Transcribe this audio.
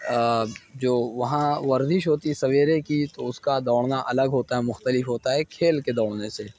جو وہاں ورزش ہوتی ہے سویرے کی تو اس کا دوڑنا الگ ہوتا ہے مختلف ہوتا ہے کھیل کے دوڑنے سے